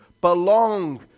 belong